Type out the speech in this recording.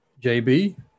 JB